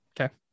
okay